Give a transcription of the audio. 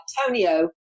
Antonio